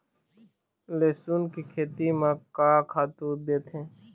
लेसुन के खेती म का खातू देथे?